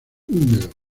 húmedos